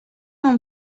mon